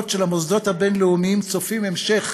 של המוסדות הבין-לאומיים צופות המשך